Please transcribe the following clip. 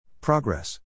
Progress